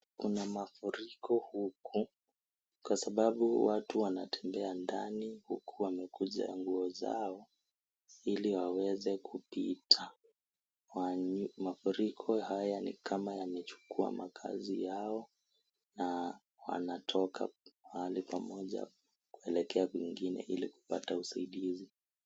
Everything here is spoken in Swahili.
Kuna mafuriko huku kwa sababu watu wanatembea ndani huku huku wakiwa wamekuja nguo zao ili waweze kupita kwani mafuriko haya ni kama yamechukua makazi yao na wanatoka mahali pamoja mweleka kwingine ili kupata usaidizi.